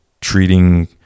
treating